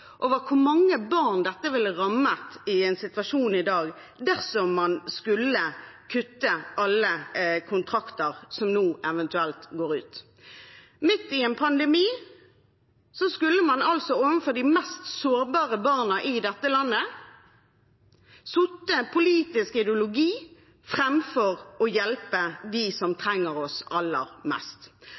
over hvor mange barn dette ville rammet i dagens situasjon, dersom man skulle kuttet alle kontrakter som nå eventuelt går ut. Midt i en pandemi skulle man altså overfor de mest sårbare barna i dette landet sette politisk ideologi framfor å hjelpe dem som trenger oss aller mest.